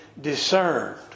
discerned